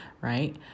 right